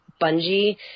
bungee